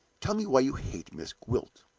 tell me why you hate miss gwilt!